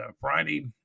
Friday